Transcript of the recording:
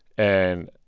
and,